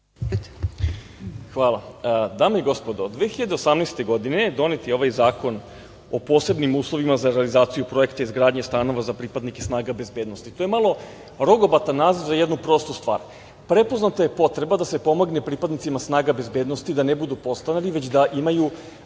Hvala. Dame i gospodo, 2018. godine, donet je ovaj Zakon o posebnim uslovima za realizaciju projekta izgradnje stanova za pripadnike snaga bezbednosti. To je malo, rogobatan naziv za jednu prostu stvar. Prepoznata je potreba da se pomogne pripadnicima snaga bezbednosti da ne budu podstanari, već da imaju